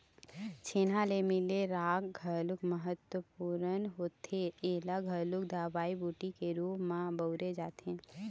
छेना ले मिले राख घलोक महत्वपूर्न होथे ऐला घलोक दवई बूटी के रुप म बउरे जाथे